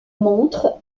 montres